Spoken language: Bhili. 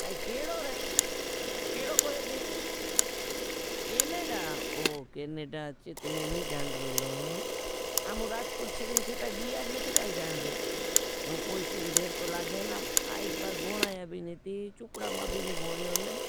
काई केड़ो रहे? केड़ो कहें गई? केनेडा? ओ, केनेडा चीत मैं नहीं जानते रहे। हाँ मुझे राजपूर्छिरीन चेटा गिया है, नहीं ते काई जानते। मुझे पोईशो भी धेर को लागे ना, आईस बास भोनाया भी नहीं ती,